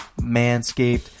Manscaped